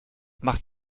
macht